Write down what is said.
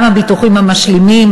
גם הביטוחים המשלימים,